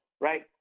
right